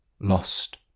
Lost